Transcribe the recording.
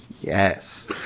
Yes